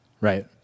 Right